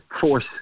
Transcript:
force